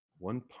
One